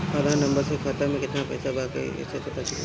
आधार number से खाता में केतना पईसा बा ई क्ईसे पता चलि?